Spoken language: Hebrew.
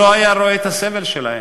לא היה רואה את הסבל שלהם.